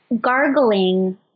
gargling